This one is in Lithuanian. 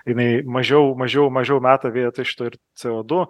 jinai mažiau mažiau mažiau meta vietoj šito ir c o du